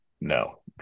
no